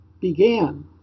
began